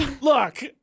look